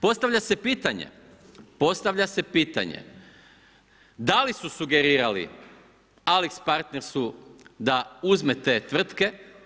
Postavlja se pitanje, postavlja se pitanje, da li su sugerirali AlixPartners da uzme te tvrtke.